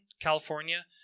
California